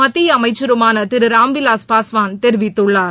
மத்திய அமைச்சருமான திரு ராம்விலாஸ் பாஸ்வான் தெரிவித்துள்ளார்